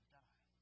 die